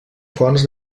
fonts